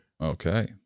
Okay